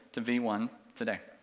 to v one, today.